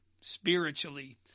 spiritually